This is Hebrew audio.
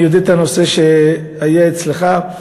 אני מכיר את הנושא שהיה אצלך,